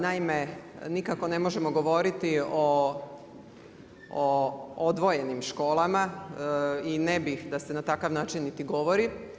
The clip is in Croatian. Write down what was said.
Naime, nikako ne možemo govoriti o odvojenim školama i ne bih da se na takav način i govori.